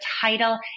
title